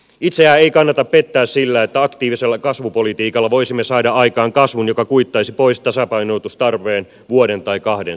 itseään ei kannata pettää sillä että aktiivisella kasvupolitiikalla voisimme saada aikaan kasvun joka kuittaisi pois tasapainotustarpeen vuoden tai kahden sisällä